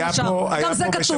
גם זה כתוב.